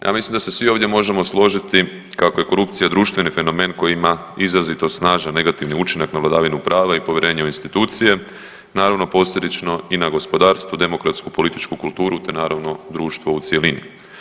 Ja mislim da se svi ovdje možemo složiti kako je korupcija društveni fenomen koji ima izrazito snažan negativni učinak na vladavinu prava i povjerenje u institucije, naravno posljedično i na gospodarstvo, demokratsku politiku kulturu te naravno društvo u cjelini.